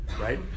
right